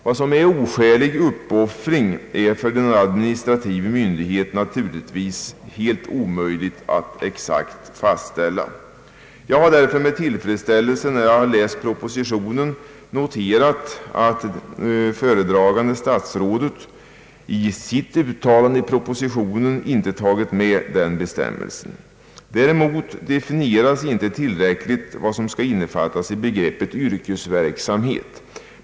Vad som är oskälig uppoffring är för den administrativa myndigheten naturligtvis helt omöjligt att exakt fastställa. Jag har därför med tillfredsställelse efter att ha läst propositionen noterat att det föredragande statsrådet i sitt uttalande inte tagit med den bestämmelsen. Däremot definieras inte tillräckligt vad som skall innefattas i begreppet yrkesverksamhet.